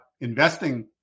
investing